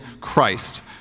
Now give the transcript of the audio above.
Christ